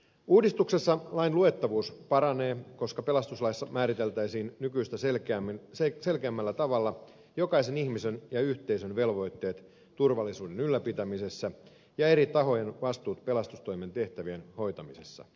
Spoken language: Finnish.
uudistuksessa lain luettavuus paranee koska pelastuslaissa määriteltäisiin nykyistä selkeämmällä tavalla jokaisen ihmisen ja yhteisön velvoitteet turvallisuuden ylläpitämisessä ja eri tahojen vastuut pelastustoimen tehtävien hoitamisessa